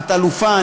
את אלופה,